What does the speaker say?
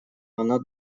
она